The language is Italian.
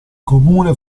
comune